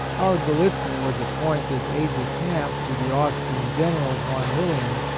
our gallitzin was appointed aid-de-camp to the aus trian general yon lilien,